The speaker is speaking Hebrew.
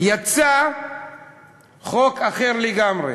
יצא חוק אחר לגמרי.